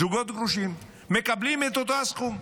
זוגות גרושים מקבלים את אותו הסכום.